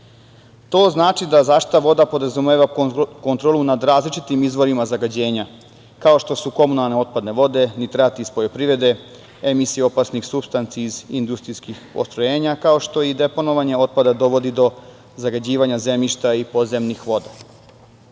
To znači da zaštita voda podrazumeva kontrolu nad različitim izvorima zagađenja, kao što su komunalne otpadne vode, nitrati iz poljoprivrede, emisija opasnih supstanci iz industrijskih postrojenja, kao što i deponovanje otpada dovodi do zagađivanja zemljišta i podzemnih voda. Prema